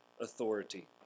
authority